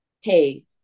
Hey